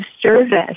service